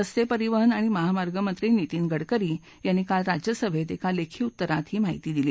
रस्ते परिवहन आणि महामार्गमंत्री नितीन गडकरी यांनी काल राज्यसभेत एका लेखी उत्तरात ही माहिती दिली